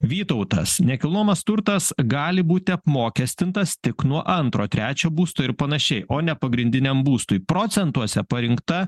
vytautas nekilnojamas turtas gali būti apmokestintas tik nuo antro trečio būsto ir panašiai o ne pagrindiniam būstui procentuose parinkta